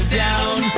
down